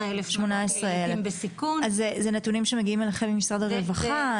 18,000 ילדים בסיכון -- אז זה נתונים שמגיעים אליכם ממשרד הרווחה?